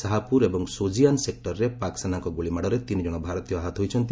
ଶାହାପୁର ଏବଂ ସୌଜିଆନ୍ ସେକ୍ଟରରେ ପାକ୍ ସେନାଙ୍କ ଗୁଳିମାଡ଼ରେ ତିନି ଜଣ ଭାରତୀୟ ଆହତ ହୋଇଛନ୍ତି